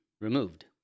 removed